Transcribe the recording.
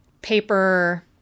paper